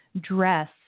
dress